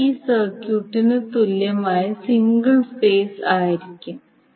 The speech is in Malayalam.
ഇത് ഈ സർക്യൂട്ടിന് തുല്യമായ സിംഗിൾ ഫേസ് ആയിരിക്കും